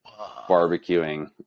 barbecuing